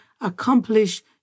accomplish